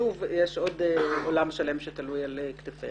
שוב יש עולם שלם שתלוי על כתפיך.